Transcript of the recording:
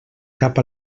cap